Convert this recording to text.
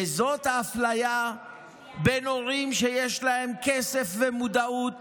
והוא האפליה בין הורים שיש להם כסף ומודעות